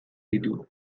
ditu